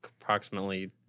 approximately